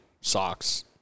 socks